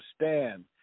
understand